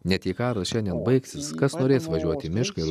ne jei karas šiandien baigsis kas norės važiuot į mišką ir